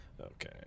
Okay